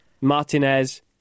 Martinez